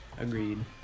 Agreed